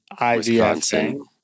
Wisconsin